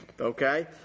okay